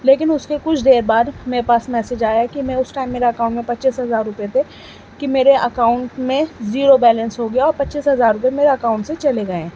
لیکن اس کے کچھ دیر بعد میرے پاس میسج آیا کہ اس ٹائم میرے اکاؤنٹ میں پچیس ہزار روپے تھے کہ میرے اکاؤنٹ میں زیرو بیلنس ہو گیا پچیس ہزار روپے میرے اکاؤنٹ سے چلے گئے ہیں